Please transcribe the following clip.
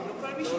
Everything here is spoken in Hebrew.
לא כל משפט.